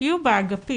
שיהיו בה אגפים,